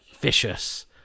vicious